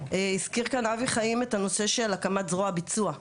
הזכיר כאן אבי חיים את הנושא של הקמת זרוע ביצוע.